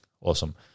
Awesome